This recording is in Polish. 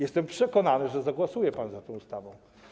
Jestem przekonany, że zagłosuje pan za tą ustawą.